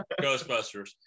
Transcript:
ghostbusters